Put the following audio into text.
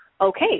okay